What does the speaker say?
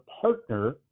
partner